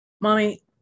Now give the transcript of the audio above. Mommy